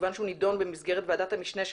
כיוון שהוא נידון במסגרת ועדת המשנה של